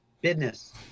business